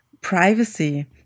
privacy